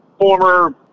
former